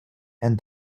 and